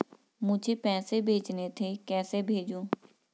मुझे पैसे भेजने थे कैसे भेजूँ?